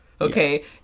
okay